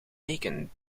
beken